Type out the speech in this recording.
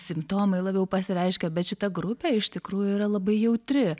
simptomai labiau pasireiškia bet šita grupė iš tikrųjų yra labai jautri